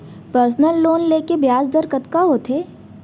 Personal loan ले के ब्याज दर कतका होथे?